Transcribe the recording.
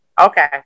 Okay